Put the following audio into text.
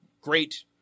great